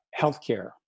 healthcare